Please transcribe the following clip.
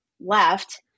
left